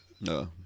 No